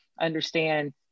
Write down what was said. understand